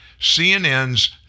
CNN's